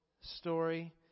story